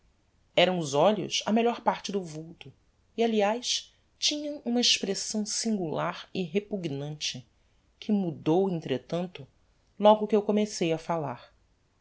eram os olhos a melhor parte do vulto e aliás tinham uma expressão singular e repugnante que mudou entretanto logo que eu comecei a fallar